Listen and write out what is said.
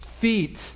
feet